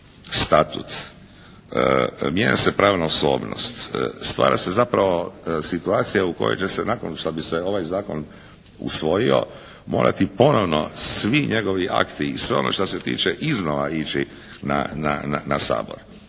statut, mijenja se pravna osobnost. Stvara se zapravo situacija u kojoj će se nakon šta bi se ovaj zakon usvojio morati ponovo svi njegovi akti i sve ono što se tiče iznova ići na Sabor.